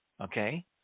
Okay